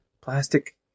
Plastic